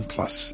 Plus